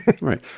Right